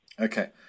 Okay